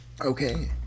Okay